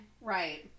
Right